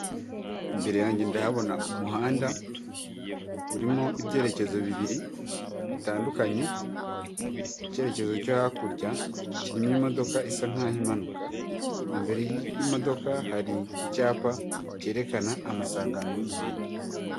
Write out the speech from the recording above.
Imbere yanjye ndahabona umuhanda urimo ibyerekezo bibiri bitandukanye, mu cyerekezo cyo hakurya kirimo imodoka isa nkaho impanuka, imbere y'imodoka hari icyapa cyerekana amasangano y'umuhanda.